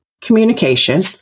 communication